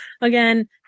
Again